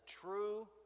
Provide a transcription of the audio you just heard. true